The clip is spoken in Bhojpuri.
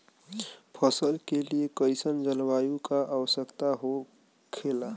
फसल के लिए कईसन जलवायु का आवश्यकता हो खेला?